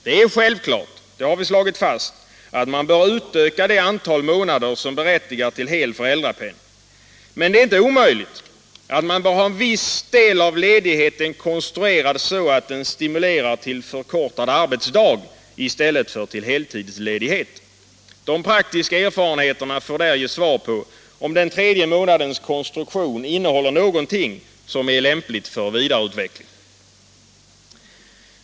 Det är självklart, det har slagits fast, att man bör utöka det antal månader som berättigar till hel föräldrapenning. Men det är inte otänkbart att en viss del av ledigheten bör vara konstruerad så, att den stimulerar till förkortad arbetsdag i stället för till heltidsledighet. Den praktiska erfarenheten får ge svar på frågan om den tredje månadens konstruktion innehåller någonting som är lämpligt för vidareutveckling.